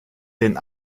den